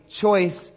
choice